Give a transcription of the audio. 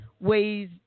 ways